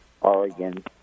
Oregon